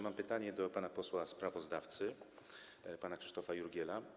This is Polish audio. Mam pytanie do posła sprawozdawcy pana Krzysztofa Jurgiela.